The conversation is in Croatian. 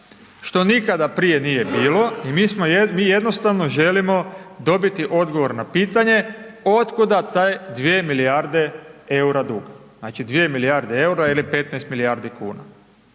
što nikada prije nije bilo i mi jednostavno želimo dobiti odgovor na pitanje, od kuda taj 2 milijarde eura dug. Znači 2 milijarde eura ili 15 milijardi kuna,